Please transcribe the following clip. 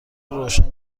روشن